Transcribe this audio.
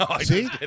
See